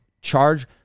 charge